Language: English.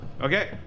Okay